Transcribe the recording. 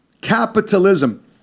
Capitalism